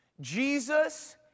Jesus